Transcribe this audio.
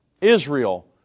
Israel